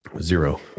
Zero